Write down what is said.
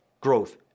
growth